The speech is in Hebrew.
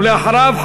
ואחריו,